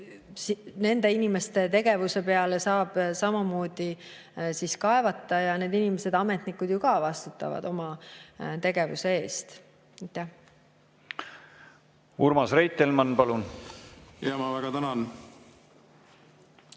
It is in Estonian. nende inimeste tegevuse peale saab samamoodi kaevata. Need inimesed, ametnikud, ju ka vastutavad oma tegevuse eest. Urmas Reitelmann, palun! Urmas Reitelmann,